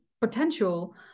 potential